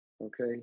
Okay